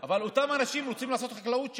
אבל אותם אנשים רוצים לעשות חקלאות שם,